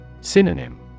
Synonym